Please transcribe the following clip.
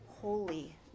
holy